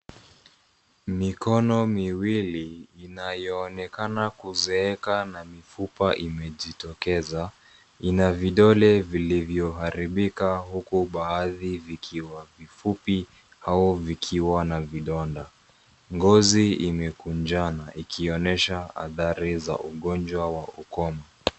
Mikono miwili inayoonekana kuzeeka na mifupa imejitokeza, ina vidole vilivyoharibika huku baadhi vikiwa vifupi au vikiwa na vidonda. Ngozi imekunjana ikionyesha adhari za ugonjwa wa ukomo.